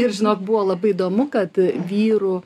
ir žinok buvo labai įdomu kad vyrų